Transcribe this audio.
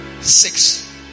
Six